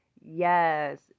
Yes